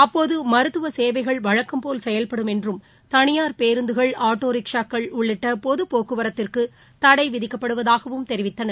அப்போது மருத்துவசேவைகள் வழக்கம்போல் செயவ்படும் என்றும் தனியார் பேருந்துகள் ஆட்டோரிக்ஷாக்கள் உள்ளிட்டபொதுபோக்குவரத்திற்குதடைவிதிக்கப்படுவதாகவும் தெரிவித்தனர்